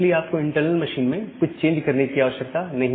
इसलिए आपको internal machine में कुछ चेंज करने की आवश्यकता नहीं